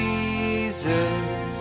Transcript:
Jesus